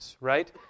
right